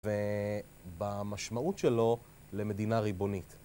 ובמשמעות שלו למדינה ריבונית.